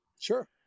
Sure